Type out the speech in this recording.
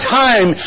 time